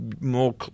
more